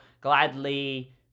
gladly